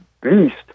beast